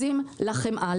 מנקזים לחמאה.